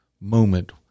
moment